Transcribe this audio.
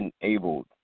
enabled